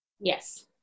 Yes